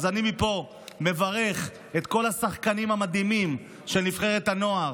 אז אני מפה מברך את כל השחקנים המדהימים של נבחרת הנוער,